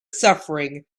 suffering